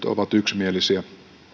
ovat yksimielisiä